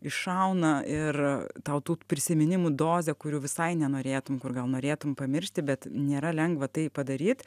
iššauna ir tau tų prisiminimų dozę kurių visai nenorėtum kur gal norėtum pamiršti bet nėra lengva tai padaryt